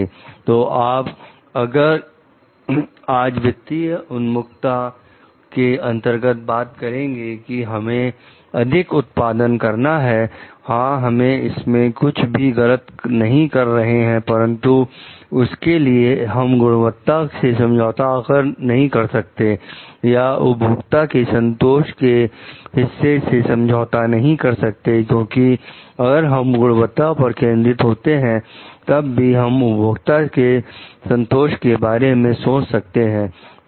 तो आप अगर आज वित्तीय उन्मुखता के अंतर्गत बात करेंगे कि हमें अधिक उत्पादन करना है हां हम इसमें कुछ भी गलत नहीं कर रहे हैं परंतु उसके लिए हम गुणवत्ता से समझौता नहीं कर सकते या उपभोक्ता के संतोष के हिस्से से समझौता नहीं कर सकते क्योंकि अगर हम गुणवत्ता पर केंद्रित होते हैं तब ही हम उपभोक्ता के संतोष के बारे में सोच सकते हैं